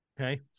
okay